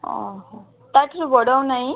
ଅ ହ ତା ଠାରୁ ବଡ଼ ଆଉ ନାଇଁ